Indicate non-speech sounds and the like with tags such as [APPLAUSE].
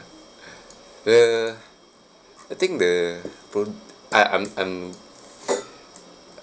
[BREATH] uh I think the phone uh I'm I'm